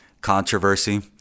controversy